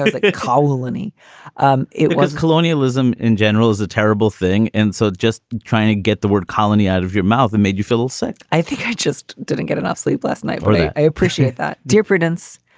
like a colony um it was colonialism in general is a terrible thing. and so just trying to get the word colony out of your mouth and made you feel sick i think i just didn't get enough sleep last night. yeah i appreciate that, dear prudence.